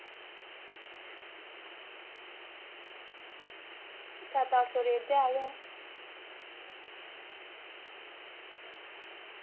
सत्त अट्ठ सौ रेट ते ऐ गै